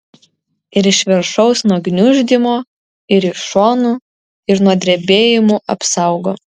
ir iš viršaus nuo gniuždymo ir iš šonų ir nuo drebėjimų apsaugo